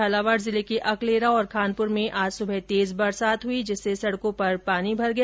झालावाड़ जिले के अकलेरा और खानपुर में आज सुबह तेज बरसात हुई जिससे सड़कों पर पानी भर गया